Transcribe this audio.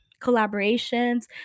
collaborations